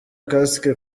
kasike